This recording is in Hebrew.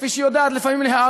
כפי שהיא יודעת להערים,